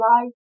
life